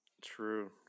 True